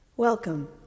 Welcome